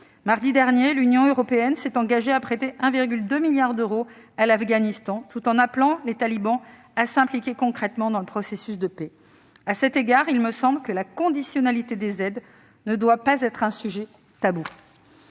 Mardi dernier, l'Union européenne s'est engagée à prêter 1,2 milliard d'euros à l'Afghanistan, tout en appelant les talibans à s'impliquer concrètement dans le processus de paix. À cet égard, il me semble que la conditionnalité des aides ne doit pas être un sujet tabou.